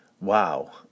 wow